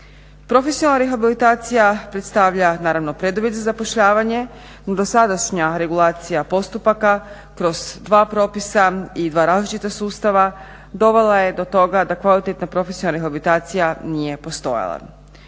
Profesionalna rehabilitacija predstavlja naravno preduvjet za zapošljavanja no dosadašnja regulacija postupaka kroz dva propisa i dva različita sustava dovela je do toga da kvalitetna profesionalna rehabilitacija nije postojala.